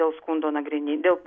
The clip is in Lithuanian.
dėl skundo nagrinė dėl